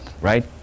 right